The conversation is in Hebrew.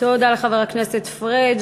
תודה לחברה כנסת פריג'.